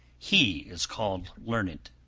he is called learned.